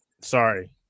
sorry